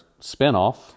spinoff